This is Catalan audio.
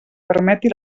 permeti